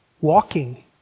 walking